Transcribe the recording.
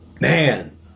man